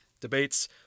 debates